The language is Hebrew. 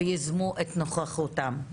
ויזמו את נוכחותם.